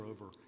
over